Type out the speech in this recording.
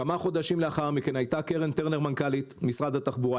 כמה חודשים לאחר מכן הייתה קרן טרנר מנכ"לית משרד התחבורה.